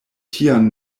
tian